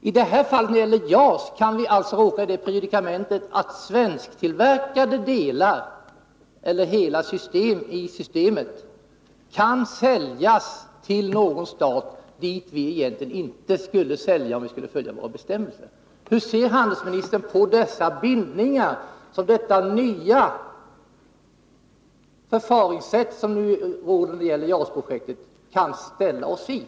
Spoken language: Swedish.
I fråga om JAS kan vi alltså råka i det predikamentet att svensktillverkade delar eller hela system kan säljas till någon stat, som vi egentligen inte skulle sälja till om vi följde våra bestämmelser. Hur ser handelsministern på de bindningar som detta nya förfaringssätt beträffande JAS-projektet kan föra oss i?